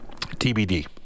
TBD